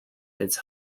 its